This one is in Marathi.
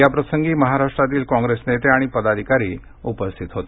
या प्रसंगी महाराष्ट्रातील कॉंग्रेस नेते आणि पदाधिकारी उपस्थित होते